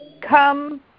come